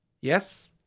Yes